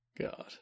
God